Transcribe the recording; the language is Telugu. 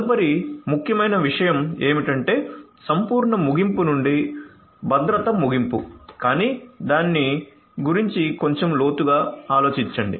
తదుపరి ముఖ్యమైన విషయం ఏమిటంటే సంపూర్ణ ముగింపు నుండి భద్రత ముగింపు కానీ దాని గురించి కొంచెం లోతుగా ఆలోచించండి